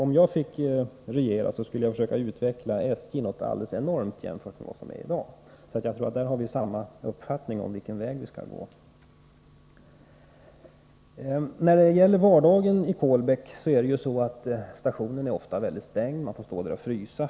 Om jag fick regera skulle jag försöka utveckla SJ någonting alldeles enormt jämfört med hur det är i dag. Så på den punkten tror jag vi har samma uppfattning om vilken väg vi skall gå. När det gäller vardagen i Kolbäck är det så att stationen ofta är stängd. Man får stå där och frysa.